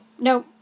no